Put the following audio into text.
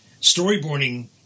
storyboarding